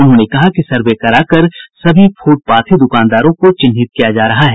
उन्होंने कहा कि सर्वे करा कर सभी फुटपाथी द्रकानदारों को चिन्हित किया जा रहा है